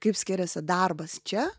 kaip skiriasi darbas čia